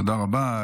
תודה רבה.